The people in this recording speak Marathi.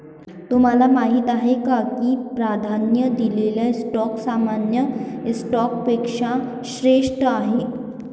तुम्हाला माहीत आहे का की प्राधान्य दिलेला स्टॉक सामान्य स्टॉकपेक्षा श्रेष्ठ आहे?